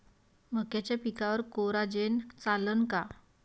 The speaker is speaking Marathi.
मक्याच्या पिकावर कोराजेन चालन का?